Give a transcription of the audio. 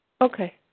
Okay